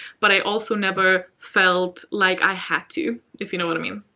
but i also never felt like i had to, if you know what i mean.